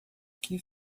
que